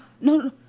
No